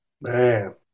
Man